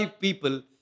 people